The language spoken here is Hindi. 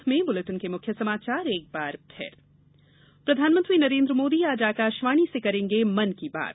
अंत में मुख्य समाचार एक बार फिर मुख्य समाचार प्रधानमंत्री नरेन्द्र मोदी आज आकाशवाणी से करेंगे मन की बात